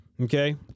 Okay